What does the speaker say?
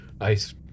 Ice